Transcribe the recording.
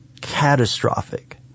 Catastrophic